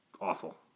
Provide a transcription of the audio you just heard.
awful